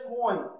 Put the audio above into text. point